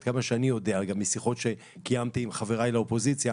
עד כמה שאני יודע גם משיחות שקיימתי עם חבריי לאופוזיציה,